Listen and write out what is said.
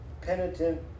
penitent